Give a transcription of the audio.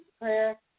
Prayer